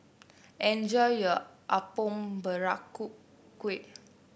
enjoy your Apom Berkuah